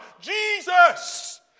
Jesus